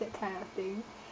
that kind of thing